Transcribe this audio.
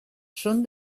són